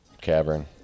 cavern